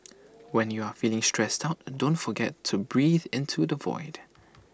when you are feeling stressed out don't forget to breathe into the void